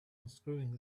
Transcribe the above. unscrewing